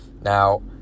now